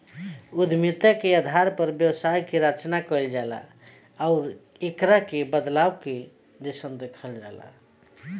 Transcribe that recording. उद्यमिता के आधार पर व्यवसाय के रचना कईल जाला आउर एकरा के बदलाव के जइसन देखल जाला